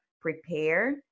prepare